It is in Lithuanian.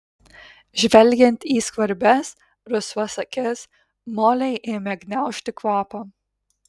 žvelgiant į skvarbias rusvas akis molei ėmė gniaužti kvapą